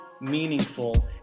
meaningful